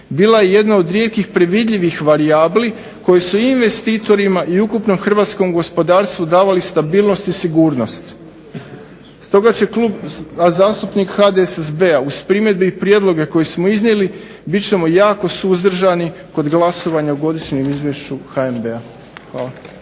Bila je jedna od rijetkih predvidljivih varijabli koje su investitorima i ukupnom hrvatskom gospodarstvu davali stabilnost i sigurnost. Stoga će Klub zastupnika HDSSB-a uz primjedbe i prijedloge koje smo iznijeli bit ćemo jako suzdržani kod glasovanja o Godišnjem izvješću HNB-a.